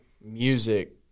music